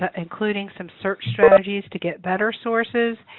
ah including some search strategies to get better sources.